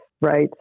Right